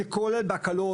זה כולל בהקלות,